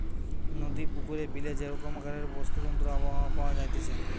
নদী, পুকুরে, বিলে যে রকমকারের বাস্তুতন্ত্র আবহাওয়া পাওয়া যাইতেছে